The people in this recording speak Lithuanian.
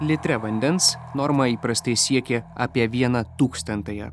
litre vandens norma įprastai siekė apie vieną tūkstantąją